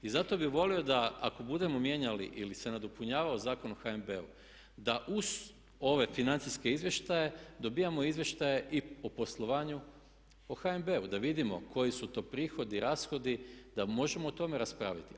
I zato bih volio da ako budemo mijenjali ili se nadopunjavao Zakon o HNB-u da uz ove financijske izvještaje dobijamo izvještaje i o poslovanju o HNB-u da vidimo koji su to prihodi, rashodi, da možemo o tome raspraviti.